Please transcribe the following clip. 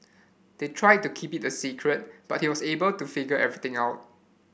they tried to keep it a secret but he was able to figure everything out